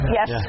yes